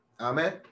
Amen